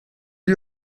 eût